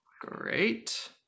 Great